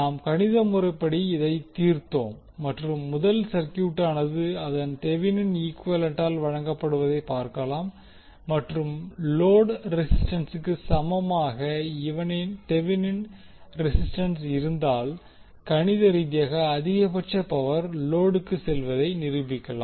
நாம் கணிதமுறைப்படி இதை தீர்த்தோம் மற்றும் முதல் சர்கியூடானது அதன் தெவினின் ஈக்குவேலன்டால் வழங்கப்படுவதை பார்க்கலாம் மற்றும் லோடு ரெசிஸ்டன்சுக்கு சமமாக தெவினின் ரெசிஸ்டன்ஸ் இருந்தால் கணித ரீதியாக அதிகபட்ச பவர் லோடுக்கு செல்வதை நிரூபிக்கலாம்